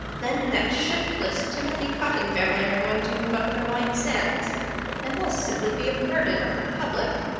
then that shiftless timothy cotton family are going to move up from white sands and they'll simply be a burden on the public.